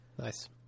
Nice